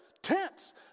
Tents